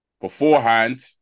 beforehand